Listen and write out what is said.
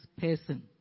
person